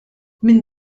minn